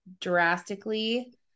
drastically